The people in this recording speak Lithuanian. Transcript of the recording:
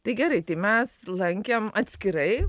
tai gerai tai mes lankėm atskirai